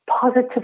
positive